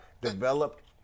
developed